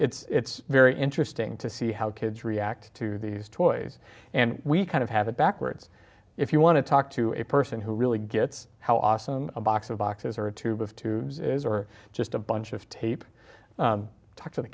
so it's very interesting to see how kids react to these toys and we kind of have it backwards if you want to talk to a person who really gets how awesome a box of boxes or a tube of tubes is or just a bunch of tape talk to the